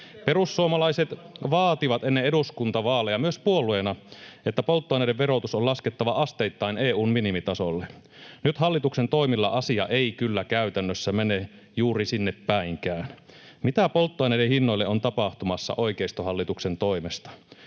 Perussuomalaiset vaativat ennen eduskuntavaaleja myös puolueena, että polttoaineiden verotus on laskettava asteittain EU:n minimitasolle. Nyt hallituksen toimilla asia ei kyllä käytännössä mene juuri sinne päinkään. Mitä polttoaineiden hinnoille on tapahtumassa oikeistohallituksen toimesta?